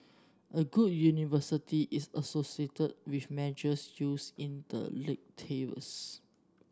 a good university is associated with measures used in the league tables